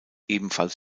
ebenfalls